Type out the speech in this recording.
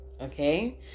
okay